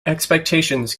expectations